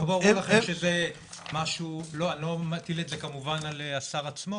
לא ברור לכם אני לא מטיל את זה כמובן על השר עצמו